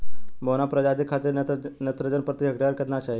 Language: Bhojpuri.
बौना प्रजाति खातिर नेत्रजन प्रति हेक्टेयर केतना चाही?